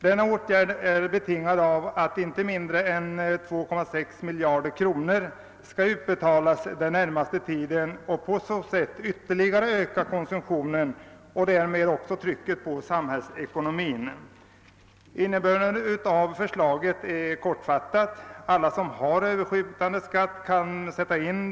Denna åtgärd är betingad av att inte mindre än 2,6 miljarder kronor skall utbetalas den närmaste tiden och på så, sätt ytterligare öka konsumtionen och därmed trycket också på samhällsekonomin. Innebörden av förslaget är kortfattat att alla som har överskjutande skatt kan sätta in.